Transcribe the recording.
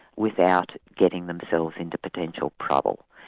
without getting themselves into potential trouble.